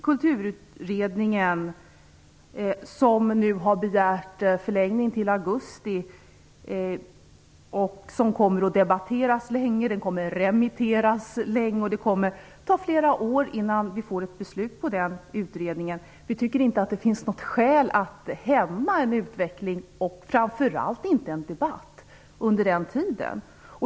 Kulturutredningen, som nu har begärt förlängning till augusti, kommer att debatteras länge, den kommer att remitteras länge och det kommer att ta flera år innan vi får ett beslut med anledning av den utredningen. Vi tycker inte att det finns något skäl att hämma en utveckling och framför allt inte en debatt under den tiden.